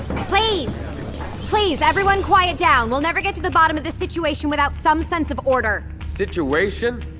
please! please everyone, quiet down. we'll never get to the bottom of this situation without some sense of order situation?